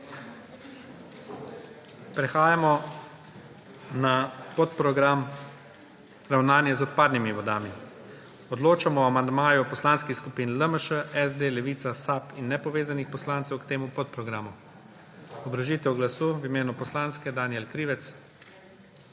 Prehajamo na podprogram Ravnanje z odpadnimi vodami. Odločamo o amandmaju Poslanskih skupin LMŠ, SD, Levica, SAB in nepovezanih poslancev k temu podprogramu. Obrazložitev glasu v imenu poslanske skupine